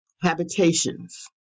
habitations